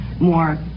more